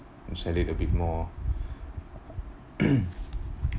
sell it a bit more